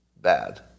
Bad